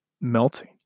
melting